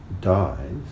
dies